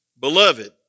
Beloved